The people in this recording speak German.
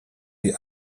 die